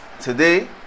today